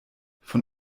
von